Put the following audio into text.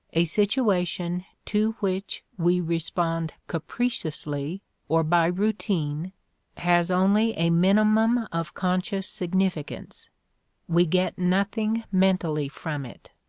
a situation to which we respond capriciously or by routine has only a minimum of conscious significance we get nothing mentally from it.